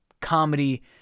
comedy